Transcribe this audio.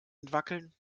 entwackeln